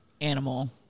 animal